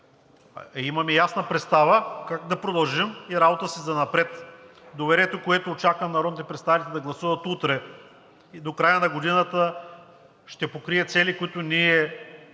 Имаме ясна представа как да продължим и работата си занапред. Доверието, което очаквам народните представители да гласуват утре, до края на годината ще покрие цели, които трябва